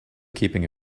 keeping